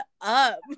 up